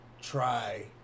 Try